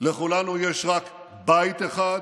לכולנו יש רק בית אחד,